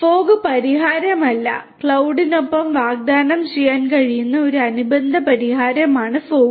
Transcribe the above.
fog പരിഹാരമല്ല ക്ലൌഡുനൊപ്പം വാഗ്ദാനം ചെയ്യാൻ കഴിയുന്ന ഒരു അനുബന്ധ പരിഹാരമാണ് ഫോഗ്